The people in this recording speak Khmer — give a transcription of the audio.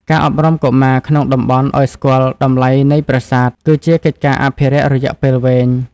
ការអប់រំកុមារក្នុងតំបន់ឱ្យស្គាល់តម្លៃនៃប្រាសាទ គឺជាកិច្ចការអភិរក្សរយៈពេលវែង។